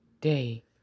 day